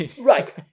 Right